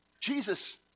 Jesus